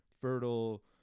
fertile